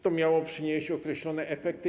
To miało przynieść określone efekty.